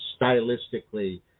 stylistically